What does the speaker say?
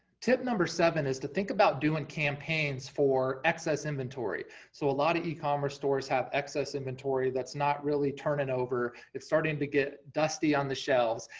tip number seven is to think about doing campaigns for excess inventory. so a lot of ecommerce stores have excess inventory that's not really turning over, it's starting to get dusty on the shelves,